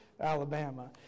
Alabama